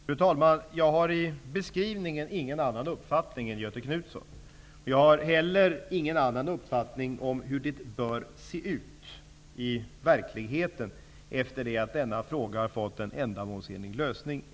Fru talman! Jag har i beskrivningen ingen annan uppfattning än Göthe Knutson. Jag har heller ingen annan uppfattning än Göthe Knutson om hur det bör se ut i verkligheten efter det att denna fråga har fått en ändamålsenlig lösning.